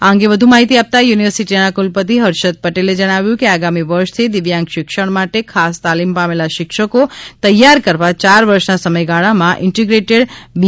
આ અંગે વધુ માહિતી આપતા યુનિવર્સિટીના કુલપતી હર્ષદ પટેલે જણાવ્યું કે આગામી વર્ષથી દિવ્યાંગ શિક્ષણ માટે ખાસ તાલીમ પામેલા શિક્ષકો તૈયાર કરવા યાર વર્ષના સમયગાળામાં ઇન્ટીગ્રેટેડે બી